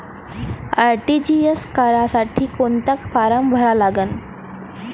RTGS करासाठी कोंता form भरा लागन?